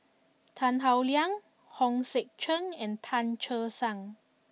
Tan Howe Liang Hong Sek Chern and Tan Che Sang